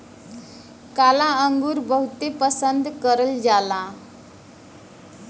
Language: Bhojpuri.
काला अंगुर बहुते पसन्द करल जाला